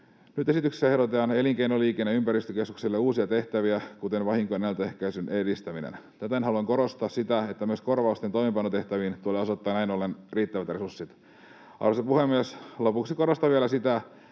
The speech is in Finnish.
Nyt esityksessä ehdotetaan elinkeino-, liikenne- ja ympäristökeskukselle uusia tehtäviä, kuten vahinkojen ennaltaehkäisyn edistäminen. Täten haluan korostaa sitä, että myös korvausten toimeenpanotehtäviin tulee osoittaa näin ollen riittävät resurssit. Arvoisa puhemies! Lopuksi korostan vielä sitä,